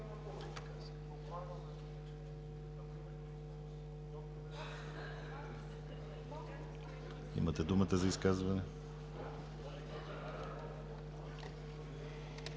имате думата за изказване.